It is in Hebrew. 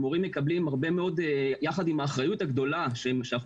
שהמורים מקבלים יחד עם האחריות הגדולה שאנחנו